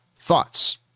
thoughts